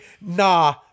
nah